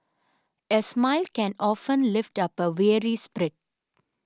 a smile can often lift up a weary spirit